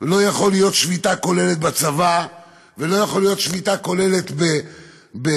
לא יכולה להיות שביתה כוללת בצבא ולא יכולה להיות שביתה כוללת במשטרה,